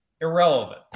Irrelevant